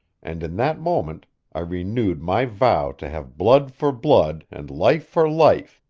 and in that moment i renewed my vow to have blood for blood and life for life,